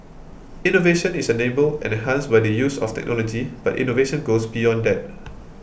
innovation is enabled and enhanced by the use of technology but innovation goes beyond that